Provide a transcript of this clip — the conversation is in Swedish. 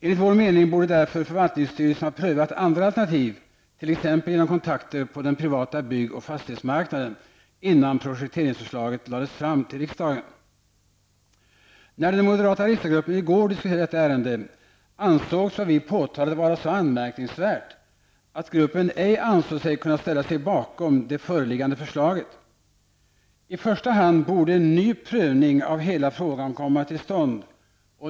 Enligt vår mening borde därför förvaltningsstyrelsen ha prövat andra alternativ, t.ex. genom kontakter på den privata bygg och fastighetsmarknaden, innan projekteringsförslaget lades fram för riksdagen. När den moderata riksdagsgruppen i går diskuterade detta ärende ansågs vad vi påtalat vara så anmärkningsvärt att gruppen ej fann det möjligt att ställa sig bakom det föreliggande förslaget. I första hand borde en ny prövning av hela frågan komma till stånd.